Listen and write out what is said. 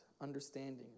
understanding